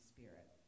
Spirit